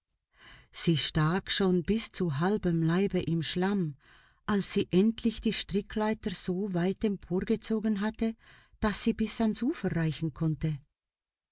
sie stak schon bis zu halbem leibe im schlamm als sie endlich die strickleiter so weit emporgezogen hatte daß sie bis ans ufer reichen konnte